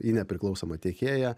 į nepriklausomą tiekėją